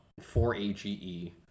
4AGE